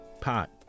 pot